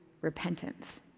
repentance